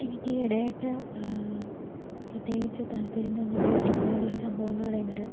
എനിക്ക് ഈയെടയായിട്ട് പ്രത്യേകിച്ച് താൽപ്പര്യം തോന്നിയിട്ടുള്ള സമകാലിക സംഭവമെന്ന് പറയുന്നത്